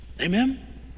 Amen